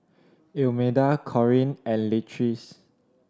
Imelda Corrine and Leatrice